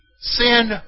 Sin